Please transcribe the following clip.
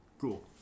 Cool